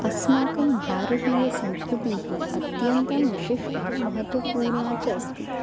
अस्माकं भारतीयसंस्कृतिः अत्यन्ता विशिष्टा महत्त्वपूर्णा च अस्ति